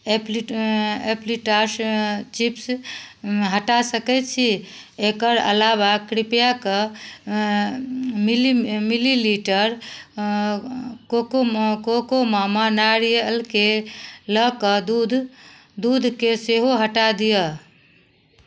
एप्पी एप्पीतास चिप्स हटा सकैत छी एकर अलावा कृपया कऽ मिली मिलीलीटर कोको कोकोमामा नारियलके लऽ कऽ दूध दूधकेँ सेहो हटा दिअ